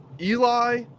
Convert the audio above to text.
Eli